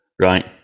right